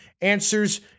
Answers